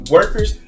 Workers